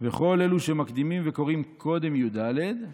וכל אלו שמקדימין וקוראין קודם י"ד,